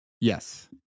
Yes